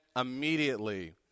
immediately